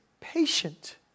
patient